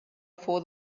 for